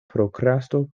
prokrasto